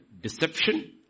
deception